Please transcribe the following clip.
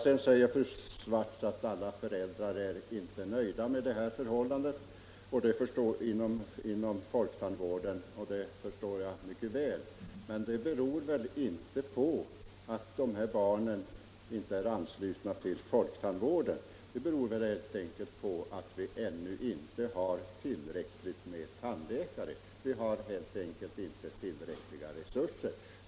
Sedan sade fru Swartz att alla föräldrar inte är nöjda med de förhållanden som nu råder inom folktandvården, och det förstår jag mycket väl. Men det beror väl inte på att barnen inte är anslutna till folktandvården utan helt enkelt på att vi ännu inte har tillräckligt med tandläkare. Resurserna är ännu för små.